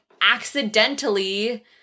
accidentally